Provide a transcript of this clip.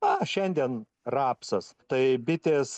na šiandien rapsas tai bitės